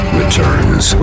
returns